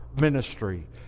ministry